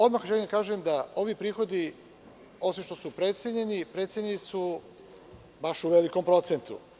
Odmah želim da kažem da ovi prihodi osim što su precenjeni, precenjeni su u velikom procentu.